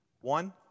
One